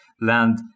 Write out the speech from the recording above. land